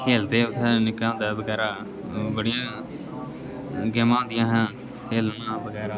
खेलदे उत्थै निक्के होंदे बगैरा बड़ियां गेमां होंदियां हा खेलना आं बगैर